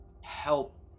help